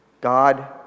God